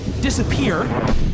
disappear